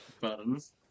buttons